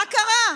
מה קרה,